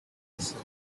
herself